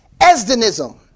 esdenism